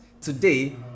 today